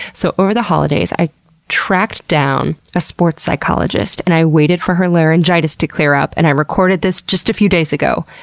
so over the holidays i tracked down a sports psychologist and i waited for her laryngitis to clear up and i recorded this just a few days ago.